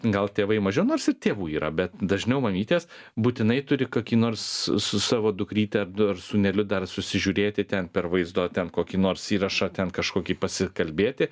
gal tėvai mažiau nors ir tėvų yra bet dažniau mamytės būtinai turi kokį nors su savo dukryte ar du ar sūneliu dar susižiūrėti ten per vaizdo ten kokį nors įrašą ten kažkokį pasikalbėti